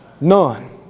None